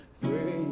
free